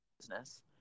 Business